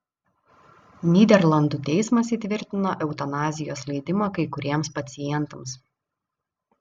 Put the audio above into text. nyderlandų teismas įtvirtino eutanazijos leidimą kai kuriems pacientams